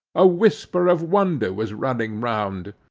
a whisper of wonder was running round,